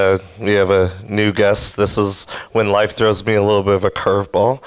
we have a new guess this is when life throws me a little bit of a curve ball